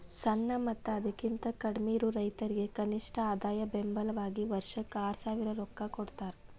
ಸಣ್ಣ ಮತ್ತ ಅದಕಿಂತ ಕಡ್ಮಿಯಿರು ರೈತರಿಗೆ ಕನಿಷ್ಠ ಆದಾಯ ಬೆಂಬಲ ವಾಗಿ ವರ್ಷಕ್ಕ ಆರಸಾವಿರ ರೊಕ್ಕಾ ಕೊಡತಾರ